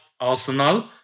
arsenal